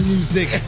Music